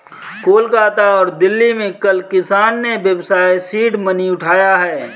कोलकाता और दिल्ली में कल किसान ने व्यवसाय सीड मनी उठाया है